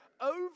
over